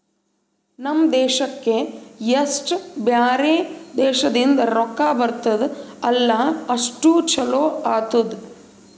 ನಮ್ ದೇಶಕ್ಕೆ ಎಸ್ಟ್ ಬ್ಯಾರೆ ದೇಶದಿಂದ್ ರೊಕ್ಕಾ ಬರ್ತುದ್ ಅಲ್ಲಾ ಅಷ್ಟು ಛಲೋ ಆತ್ತುದ್